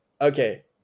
okay